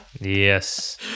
Yes